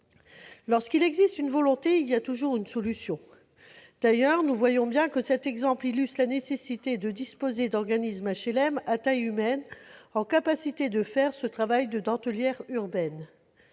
Lorsqu'il existe une volonté, il y a toujours une solution. D'ailleurs, nous le voyons bien, cet exemple illustre la nécessité de disposer d'organismes d'HLM à taille humaine, en capacité de faire ce travail de « dentellière urbaine